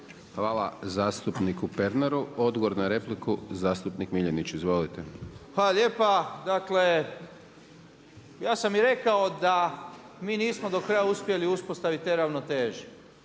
Hvala zastupniku Pernaru. Odgovor na repliku zastupnik Miljenić. Izvolite. **Miljenić, Orsat (SDP)** Hvala lijepa. Dakle ja sam i rekao da mi nismo do kraja uspjeli u uspostavi te ravnoteže